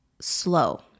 slow